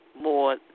more